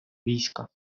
війська